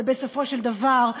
בסופו של דבר,